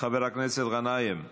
חבר הכנסת גנאים,